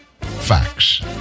facts